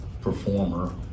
performer